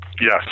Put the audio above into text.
Yes